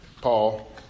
paul